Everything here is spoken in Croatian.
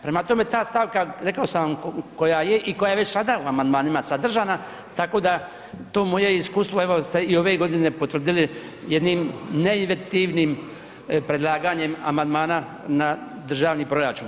Prema tome, ta stavka, rekao sam vam koja je i koja je već sada u amandmanima sadržana, tako da to moje iskustvo evo i ove godine ste potvrdili jednim neinventivnim predlaganjem amandmana na državni proračun.